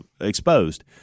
exposed